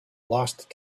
lost